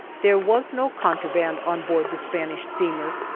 there was no contraband on board the spanish steamer,